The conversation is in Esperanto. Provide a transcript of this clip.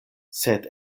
sed